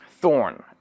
thorn